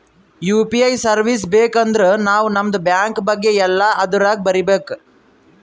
you P I service ಬೇಕ್ ಅಂದರ್ ನಾವ್ ನಮ್ದು ಬ್ಯಾಂಕ ಬಗ್ಗೆ ಎಲ್ಲಾ ಅದುರಾಗ್ ಬರೀಬೇಕ್